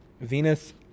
Venus